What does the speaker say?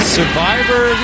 Survivor